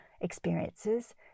experiences